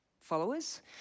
followers